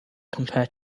compared